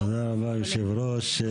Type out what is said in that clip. תודה רבה, אדוני יושב הראש.